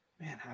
Man